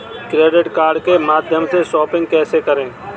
Credit card के माध्यम से शॉपिंग कैसे करें?